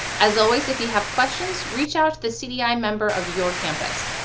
as always, if you have questions, reach out to the cdi member of your campus.